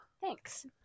Thanks